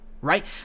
right